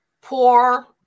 poor